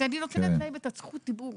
אני נותנת להם את זכות הדיבור.